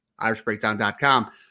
IrishBreakdown.com